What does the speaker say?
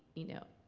you know,